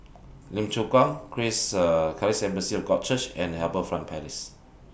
Lim Chu Kang Chris Charis Assembly of God Church and HarbourFront Palace